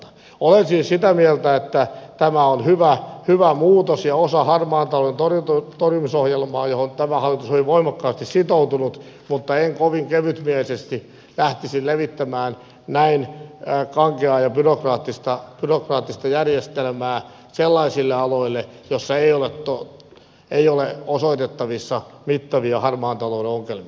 olen siis sitä mieltä että tämä on hyvä muutos ja osa harmaan talouden torjumisohjelmaa johon tämä hallitus on hyvin voimakkaasti sitoutunut mutta en kovin kevytmielisesti lähtisi levittämään näin kankeaa ja byrokraattista järjestelmää sellaisille aloille joilla ei ole osoitettavissa mittavia harmaan talouden ongelmia